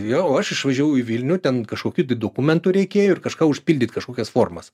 jau aš išvažiavau į vilnių ten kažkokių tai dokumentų reikėjo ir kažką užpildyti kažkokias formas